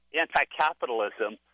anti-capitalism